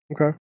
Okay